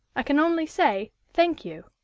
i can only say, thank you.